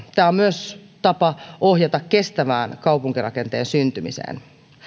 tämä on myös tapa ohjata kestävän kaupunkirakenteen syntymiseen